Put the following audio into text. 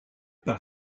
par